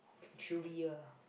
chewyer